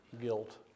guilt